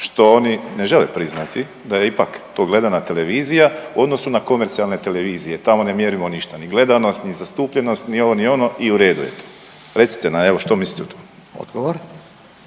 što oni ne žele priznati da je ipak to gledana televizija u odnosu na komercijalne televizije, tamo ne mjerimo ništa ni gledanost, ni zastupljenost, ni ovo, ni ono i u redu je to? Recite što mislite o tom?